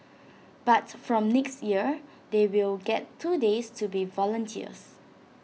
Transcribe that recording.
but from next year they will get two days to be volunteers